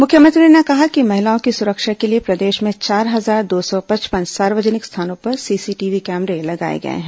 मुख्यमंत्री ने कहा कि महिलाओं की सुरक्षा के लिए प्रदेश में चार हजार दो सौ पचपन सार्वजनिक स्थानों पर सीसीटीवी कैमरे लगाए गए हैं